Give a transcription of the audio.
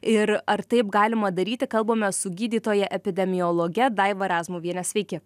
ir ar taip galima daryti kalbamės su gydytoja epidemiologe daiva razmuviene sveiki